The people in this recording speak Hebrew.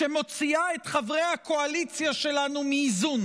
שמוציא את חברי הקואליציה שלנו מאיזון?